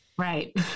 Right